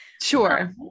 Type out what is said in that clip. Sure